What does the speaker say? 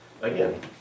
Again